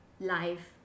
life